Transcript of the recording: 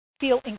feel